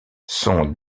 sont